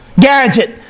gadget